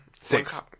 Six